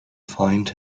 find